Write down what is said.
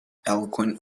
eloquent